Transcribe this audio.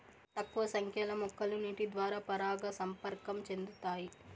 తక్కువ సంఖ్య లో మొక్కలు నీటి ద్వారా పరాగ సంపర్కం చెందుతాయి